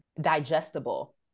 digestible